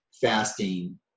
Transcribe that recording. fasting